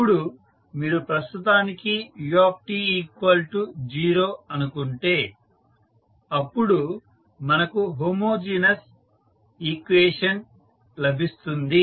ఇప్పుడు మీరు ప్రస్తుతానికి ut0 అనుకుంటే అప్పుడు మనకు హోమోజీనస్ ఈక్వేషన్ లభిస్తుంది